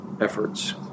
efforts